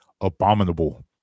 Abominable